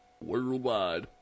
worldwide